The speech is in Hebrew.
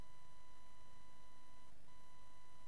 אנחנו